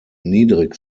niedrig